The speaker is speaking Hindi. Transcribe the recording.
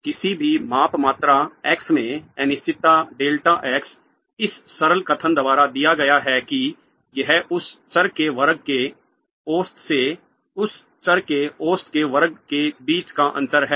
किसी भी माप मात्रा x में अनिश्चितता डेल्टा x इस सरल कथन द्वारा दिया गया है कि यह उस चर के वर्ग के औसत से उस चर के औसत के वर्ग के बीच का अंतर है